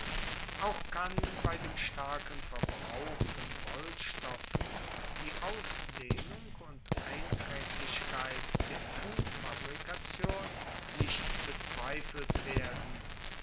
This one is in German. auch kann bei dem starken verbrauch von wollstoffen die ausdehnung und eintraeglichkeit der tuchfabrikation nicht bezweifelt werden